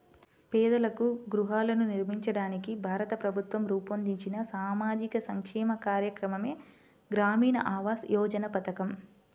పేదలకు గృహాలను నిర్మించడానికి భారత ప్రభుత్వం రూపొందించిన సామాజిక సంక్షేమ కార్యక్రమమే గ్రామీణ ఆవాస్ యోజన పథకం